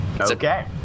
okay